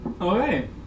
Okay